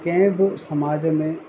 कंहिं बि समाज में